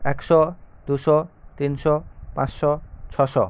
একশো দুশো তিনশো পাঁচশো ছশো